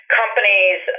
companies